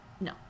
no